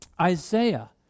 Isaiah